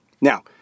Now